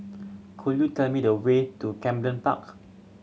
could you tell me the way to Camden Park